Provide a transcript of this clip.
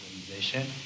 organization